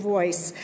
Voice